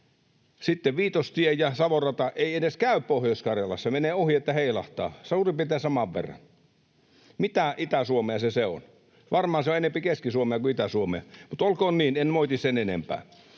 Sitten Viitostie ja Savon rata eivät edes käy Pohjois-Karjalassa. Menevät ohi, että heilahtaa, suurin piirtein saman verran. Mitä Itä-Suomea se se on? Varmaan se on enempi Keski-Suomea kuin Itä-Suomea, mutta olkoon niin, en moiti sen enempää.